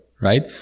right